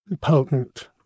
potent